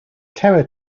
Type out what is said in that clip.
terror